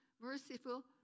merciful